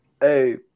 Hey